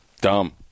Dumb